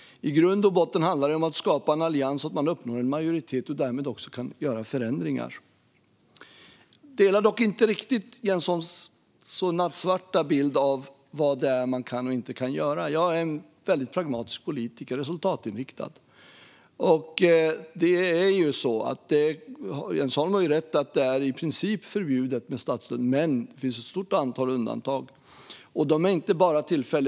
I grund och botten handlar det om att skapa en allians så att man uppnår en majoritet och därmed också kan göra förändringar. Jag delar dock inte riktigt Jens Holms så nattsvarta bild av vad man kan och inte kan göra. Jag är en mycket pragmatisk politiker och är resultatinriktad. Jens Holm har rätt i att det i princip är förbjudet med statsstöd, men det finns ett stort antal undantag som inte bara är tillfälliga.